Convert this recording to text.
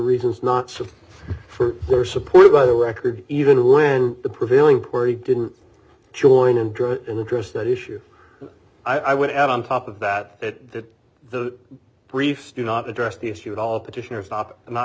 reasons not so for are supported by the record even when the prevailing pouri didn't join and interest that issue i would add on top of that that the briefs do not address the issue at all petitioners bob and i